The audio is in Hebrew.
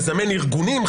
מזמן ארגונים,